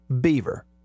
Beaver